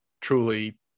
truly